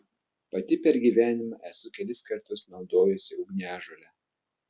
pati per gyvenimą esu kelis kartus naudojusi ugniažolę